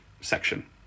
section